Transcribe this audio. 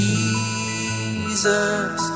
Jesus